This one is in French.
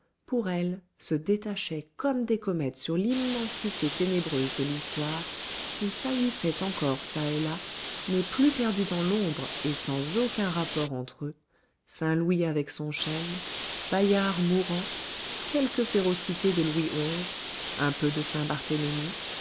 pour elle se détachaient comme des comètes sur l'immensité ténébreuse de l'histoire où saillissaient encore çà et là mais plus perdus dans l'ombre et sans aucun rapport entre eux saint louis avec son chêne bayard mourant quelques férocités de louis xi un peu de saint-barthélemy